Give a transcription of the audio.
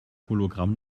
hologramm